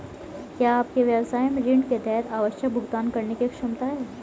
क्या आपके व्यवसाय में ऋण के तहत आवश्यक भुगतान करने की क्षमता है?